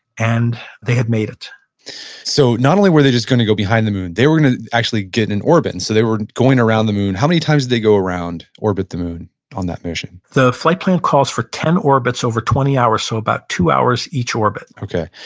and they had made it so not only were they just going to go behind the moon, they were going to actually get in orbit. and so they were going around the moon. how many times did they go around, orbit the moon, on that mission? the flight plan calls for ten orbits over twenty hours, so about two hours each orbit okay.